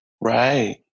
Right